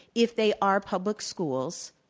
if they are public schools,